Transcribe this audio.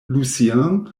lucien